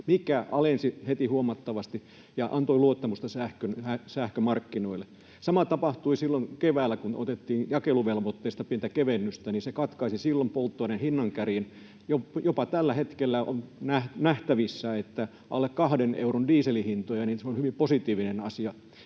sähkön hintaa huomattavasti ja antoi luottamusta sähkömarkkinoille. Sama tapahtui silloin keväällä, kun otettiin jakeluvelvoitteista pientä kevennystä — se katkaisi silloin polttoaineen hinnan kärjen. Jopa tällä hetkellä on nähtävissä alle 2 euron dieselin hintoja, se on hyvin positiivinen asia